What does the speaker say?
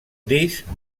disc